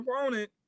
opponent